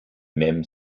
même